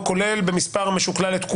כולל את כולם במספר המשוקלל,